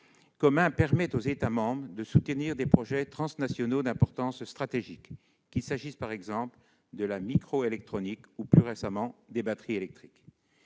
permettent aux États membres de soutenir des projets transnationaux d'importance stratégique, qu'il s'agisse de la microélectronique ou, plus récemment, des batteries électriques.